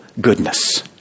goodness